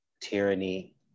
tyranny